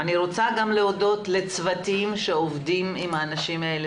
אני רוצה גם להודות לצוותים שעובדים עם האנשים האלה,